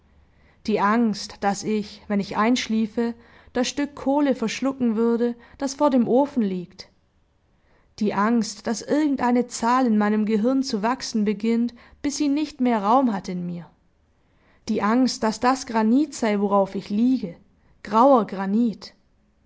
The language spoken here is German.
die angst daß ich wenn ich einschliefe das stück kohle verschlucken würde das vor dem ofen liegt die angst daß irgendeine zahl in meinem gehirn zu wachsen beginnt bis sie nicht mehr raum hat in mir die angst daß das granit sei worauf ich liege grauer granit